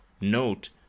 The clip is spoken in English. note